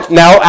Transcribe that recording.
now